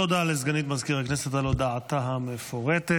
תודה לסגנית מזכיר הכנסת על הודעתה המפורטת.